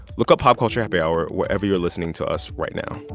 look up pop culture happy hour wherever you are listening to us right now.